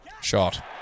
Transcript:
Shot